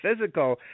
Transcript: physical